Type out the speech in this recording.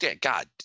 god